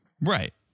Right